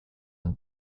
and